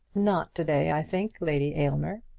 not to-day, i think, lady aylmer.